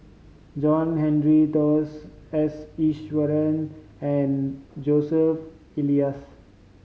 John Henry Dos S Iswaran and Joseph Elias